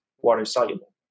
water-soluble